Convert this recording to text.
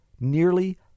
nearly